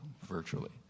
virtually